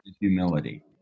humility